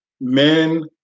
Men